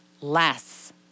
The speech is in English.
less